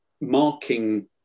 marking